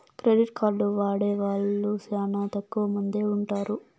credit card వాడే వాళ్ళు శ్యానా తక్కువ మందే ఉంటారు